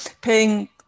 paying